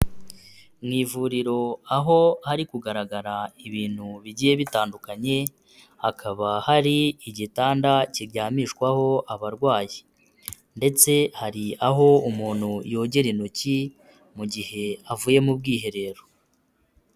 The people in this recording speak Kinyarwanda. Mu ivuriro aho hari kugaragara ibintu bigiye bitandukanye, hakaba hari igitanda kiryamishwaho abarwayi ndetse hari aho umuntu yogera intoki mu gihe avuye mu bwiherero.